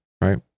Right